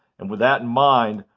and with that in mind,